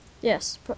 Yes